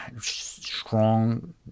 strong